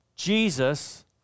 Jesus